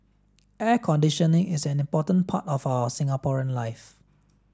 air conditioning is an important part of our Singaporean life